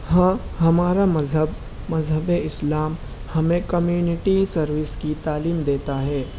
ہاں ہمارا مذہب مذہبِ اِسلام ہمیں کمیونٹی سروس کی تعلیم دیتا ہے